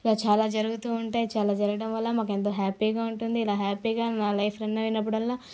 ఇంకా చాలా జరుగుతూ ఉంటాయి చాలా జరగడం వల్ల మాకు ఎంతో హ్యాపీగా ఉంటుంది ఇలా హ్యాపీగా నా లైఫ్ రన్ అయినప్పుడల్లా ఇలాగ